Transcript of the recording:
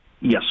Yes